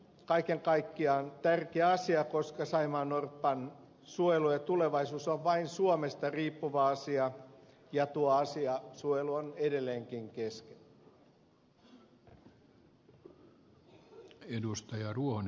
kaiken kaikkiaan tämä on tärkeä asia koska saimaannorpan suojelu ja tulevaisuus on vain suomesta riippuva asia ja tuo asia suojelu on edelleenkin kesken